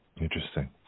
Interesting